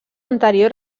anterior